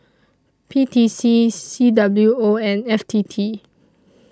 P T C C W O and F T T